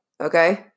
Okay